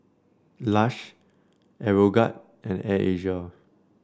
Lush Aeroguard and Air Asia